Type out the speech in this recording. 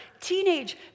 teenage